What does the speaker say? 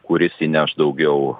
kuris įneš daugiau